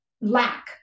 lack